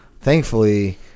Thankfully